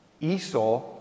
Esau